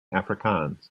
afrikaans